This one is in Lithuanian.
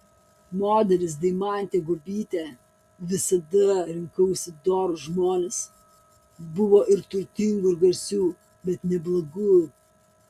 modelis deimantė guobytė visada rinkausi dorus žmones buvo ir turtingų ir garsių bet ne blogų